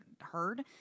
heard